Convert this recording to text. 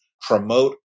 promote